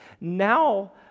now